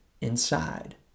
inside